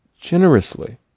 generously